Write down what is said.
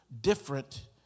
different